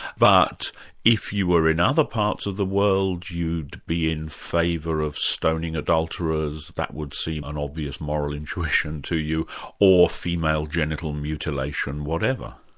but if you were in other parts of the world, you'd be in favour of stoning adulterers that would seem an obvious moral intuition to you or female genital mutilation, whatever.